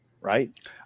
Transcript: right